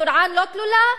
טורעאן לא כלולה?